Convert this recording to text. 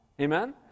Amen